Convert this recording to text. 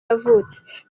yavutse